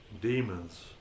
Demons